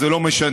זה לא משנה,